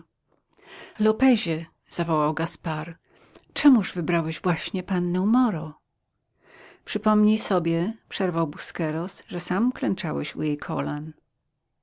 lopezie zawołał gaspar czemuż wybrałeś właśnie pannę moro przypomnij sobie przerwał busqueros że sam klęczałeś u jej kolan